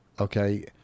Okay